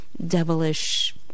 Devilish